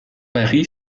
pari